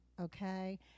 okay